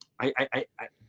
i,